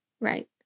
right